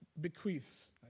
bequeaths